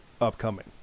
upcoming